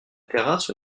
terrasse